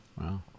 Wow